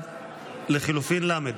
1 לחלופין ל'.